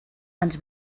ens